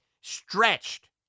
stretched